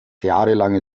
jahrelange